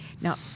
now